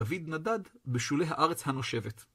דוד נדד בשולי הארץ הנושבת.